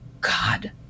God